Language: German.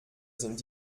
sind